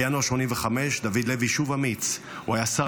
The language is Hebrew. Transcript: בינואר 1985 דוד לוי שוב אמיץ: הוא היה השר